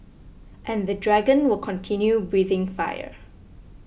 and the dragon will continue breathing fire